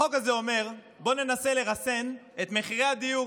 החוק הזה אומר, בואו ננסה לרסן את מחירי הדיור.